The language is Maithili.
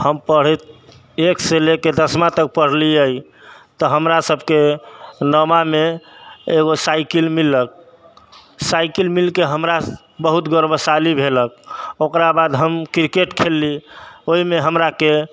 हम पढ़ैत एकसँ लएके दशमा तक पढ़लियै तऽ हमरा सबके नओमामे एगो साइकिल मिललक साइकिल मिलके हमरा बहुत गौरवशाली भेलक ओकरा बाद हम क्रिकेट खेलली ओइमे हमराके